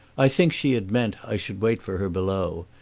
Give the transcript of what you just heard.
i think she had meant i should wait for her below,